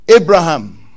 Abraham